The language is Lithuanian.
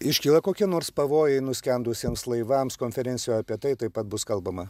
iškyla kokie nors pavojai nuskendusiems laivams konferencijoj apie tai taip pat bus kalbama